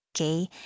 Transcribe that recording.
Okay